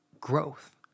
growth